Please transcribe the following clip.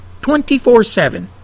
24-7